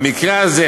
במקרה הזה,